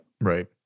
right